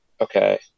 Okay